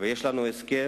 ויש לנו הסכם,